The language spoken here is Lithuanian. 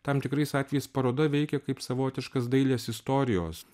tam tikrais atvejais paroda veikia kaip savotiškas dailės istorijos